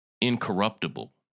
incorruptible